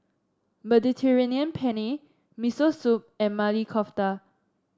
Mediterranean Penne Miso Soup and Maili Kofta